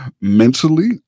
mentally